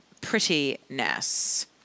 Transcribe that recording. Prettiness